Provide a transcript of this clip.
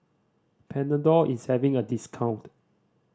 Panadol is having a discount